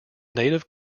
native